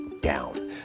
down